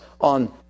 on